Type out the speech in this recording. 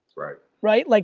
right. right? like